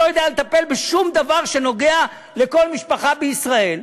שלא יודע לטפל בשום דבר שנוגע לכל משפחה בישראל,